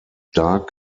dark